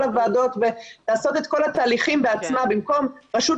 הוועדות ולעשות את כל התהליכים בעצמה במקום רשות